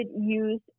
use